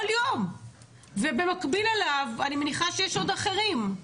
יום ובמקביל אליו אני מניחה שיש עוד אחרים.